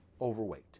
overweight